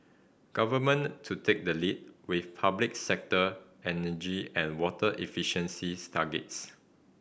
government to take the lead with public sector energy and water efficiencies targets